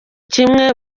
kimwe